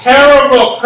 Terrible